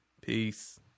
peace